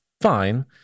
fine